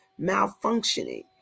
malfunctioning